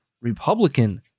Republican